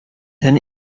ten